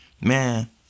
Man